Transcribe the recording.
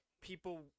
people